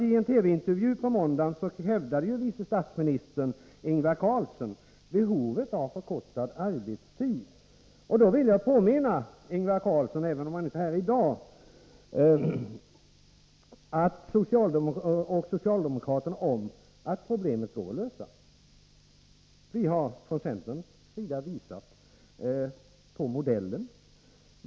I en TV-intervju på måndagen hävdade vice statsminister Ingvar Carlsson behovet av förkortad arbetstid. Då vill jag påminna Ingvar Carlsson, även om han inte är här i dag, och socialdemokraterna om att problemen går att lösa. Vi har från centerns sida visat modellen.